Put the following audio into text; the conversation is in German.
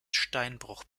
steinbruch